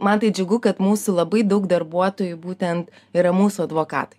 man tai džiugu kad mūsų labai daug darbuotojų būtent yra mūsų advokatai